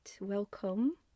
Welcome